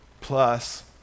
plus